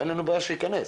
אין לנו בעיה, שייכנס,